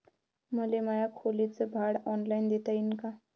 मले माया खोलीच भाड ऑनलाईन देता येईन का?